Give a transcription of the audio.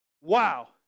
Wow